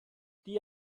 die